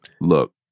Look